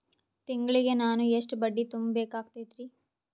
ತಿಂಗಳಿಗೆ ನಾನು ಎಷ್ಟ ಬಡ್ಡಿ ತುಂಬಾ ಬೇಕಾಗತೈತಿ?